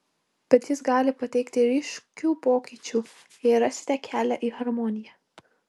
bet jis gali pateikti ryškių pokyčių jei rasite kelią į harmoniją